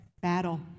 battle